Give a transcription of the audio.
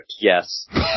Yes